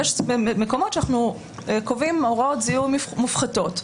ויש מקומות שאנחנו קובעים הוראות זיהוי מופחתות.